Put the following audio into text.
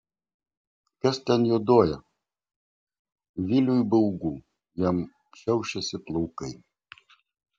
kas ten juoduoja viliui baugu jam šiaušiasi plaukai